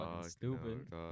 stupid